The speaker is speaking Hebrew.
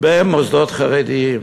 במוסדות חרדיים.